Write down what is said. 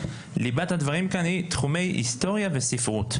ליבת הדברים כאן היא תחומי ההיסטוריה והספרות,